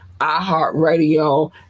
iHeartRadio